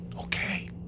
okay